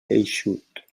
eixut